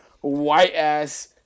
white-ass